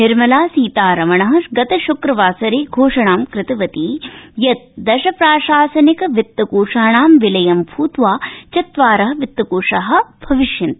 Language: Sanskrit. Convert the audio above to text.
निर्मला सीतारमण गतश्क्रवासरे घोषणां कृतवती यत् दश प्राशासनिक वितकोषाणां विलयं भूत्वा चत्वार वित्तकोषा भविष्यन्ति